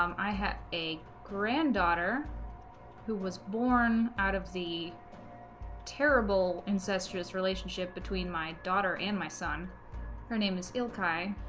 um i have a granddaughter who was born out of the terrible incestuous relationship between my daughter and my son her name is ilk i